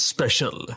Special